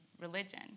religion